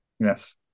Yes